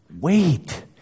wait